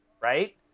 right